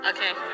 Okay